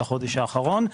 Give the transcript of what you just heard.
בחודש האחרון,